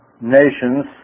nations